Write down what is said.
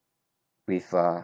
with ah